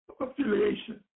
affiliation